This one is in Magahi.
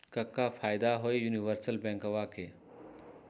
क्का फायदा हई यूनिवर्सल बैंकवा के?